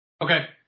Okay